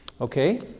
Okay